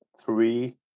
three